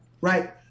right